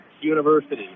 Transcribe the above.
University